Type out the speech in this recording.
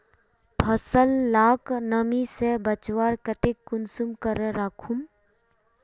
फसल लाक नमी से बचवार केते कुंसम करे राखुम?